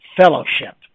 fellowship